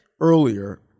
Earlier